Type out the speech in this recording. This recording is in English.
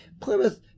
Plymouth